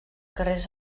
carrers